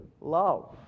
love